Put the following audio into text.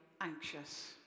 anxious